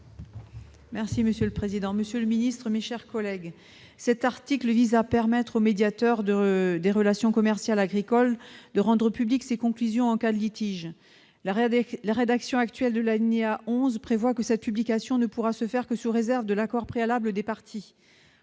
est ainsi libellé : La parole est à Mme Angèle Préville. Cet article vise à permettre au médiateur des relations commerciales agricoles de rendre publiques ses conclusions en cas de litige. La rédaction actuelle de l'alinéa 11 prévoit que cette publication ne pourra se faire que « sous réserve de l'accord préalable des parties